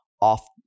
off